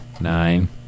nine